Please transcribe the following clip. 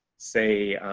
say